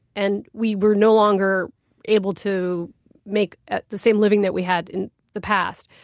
and we were no longer able to make ah the same living that we had in the past.